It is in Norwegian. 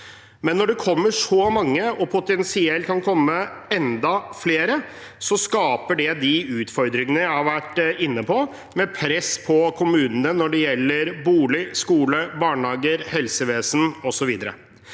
Når det kommer så mange, og det potensielt kan komme enda flere, skaper det de utfordringene jeg har vært inne på, med press på kommunene når det gjelder bolig, skole, barnehage, helsevesen osv.